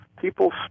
People